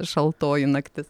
šaltoji naktis